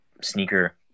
sneaker